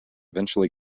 eventually